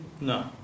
No